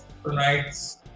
tonight's